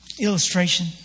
illustration